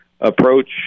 approach